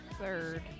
third